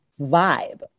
vibe